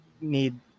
need